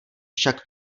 však